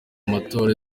matora